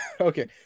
Okay